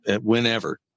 whenever